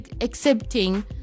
accepting